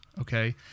Okay